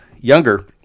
younger